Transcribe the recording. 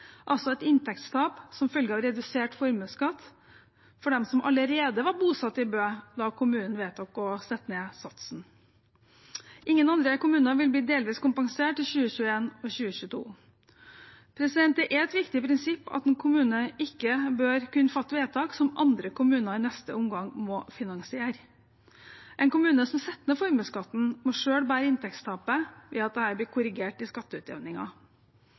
altså et inntektstap som følge av redusert formuesskatt for dem som allerede var bosatt i Bø da kommunen vedtok å sette ned satsen. Ingen andre kommuner vil bli delvis kompensert i 2021 og 2022. Det er et viktig prinsipp at en kommune ikke bør kunne fatte vedtak som andre kommuner i neste omgang må finansiere. En kommune som setter ned formuesskatten, må selv bære inntektstapet ved at dette blir korrigert i